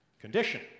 condition